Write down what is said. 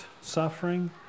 suffering